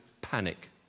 panic